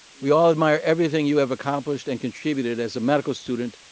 we all admire everything you have accomplished and contributed as a medical student,